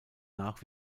nach